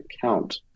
count